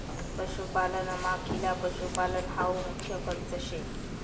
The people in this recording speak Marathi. पशुपालनमा खिला पशुपालन हावू मुख्य खर्च शे